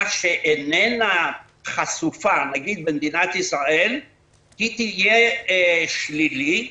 שאיננה חשופה במדינת ישראל תהיה שלילית,